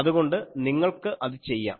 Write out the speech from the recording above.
അതുകൊണ്ട് നിങ്ങൾക്ക് അത് ചെയ്യാം